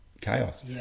chaos